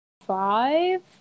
Five